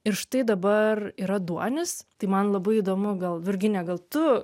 ir štai dabar yra duonis tai man labai įdomu gal virginija gal tu